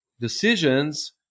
decisions